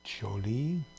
Jolie